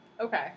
Okay